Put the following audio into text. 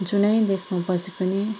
जुनै देशमा बसे पनि